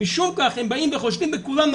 הם באים וחושדים בכולם,